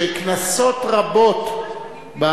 כנסות רבות,